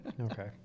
Okay